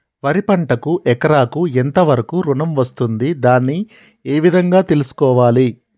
వరి పంటకు ఎకరాకు ఎంత వరకు ఋణం వస్తుంది దాన్ని ఏ విధంగా తెలుసుకోవాలి?